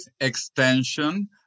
extension